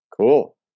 Cool